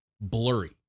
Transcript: blurry